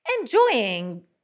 enjoying